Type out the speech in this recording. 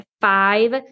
five